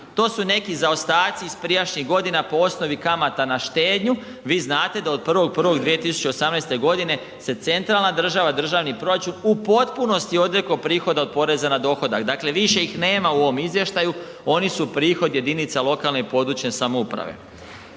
to su neki zaostaci iz prijašnjih godina po osnovi kamata na štednju. Vi znate da od 1.1.2018.g. se centralna država, državni proračun u potpunosti odreklo prihoda od poreza na dohodak, dakle više ih nema u ovom izvještaju, oni su prihod jedinica lokalne i područne samouprave.